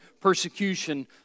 persecution